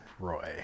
Roy